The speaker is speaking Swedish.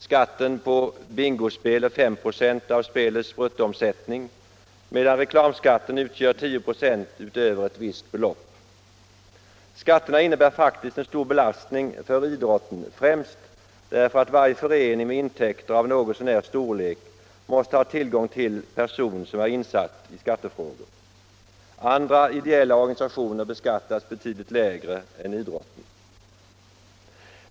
Skatten på bingospel är 5 96 av spelets bruttoomsättning, medan reklamskatten utgör 10 96 utöver ett visst belopp. Skatterna innebär faktiskt en stor belastning för idrotten, främst därför att varje förening med intäkter av något så när storlek måste ha tillgång till person som är insatt i skattefrågor. Andra ideella organisationer beskattas betydligt lägre än idrotten.